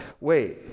wait